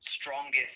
strongest